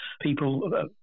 people